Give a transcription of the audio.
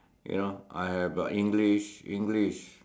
you know I have uh English English